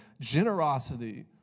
Generosity